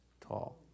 tall